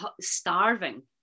starving